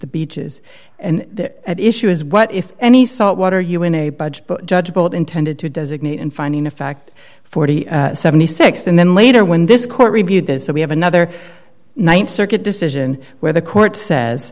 the beaches and at issue is what if any salt water you in a budge judgeable intended to designate and finding a fact four thousand and seventy six and then later when this court reviewed this so we have another th circuit decision where the court says